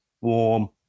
warm